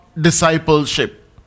Discipleship